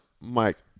Mike